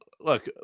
look